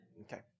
Okay